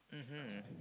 mmhmm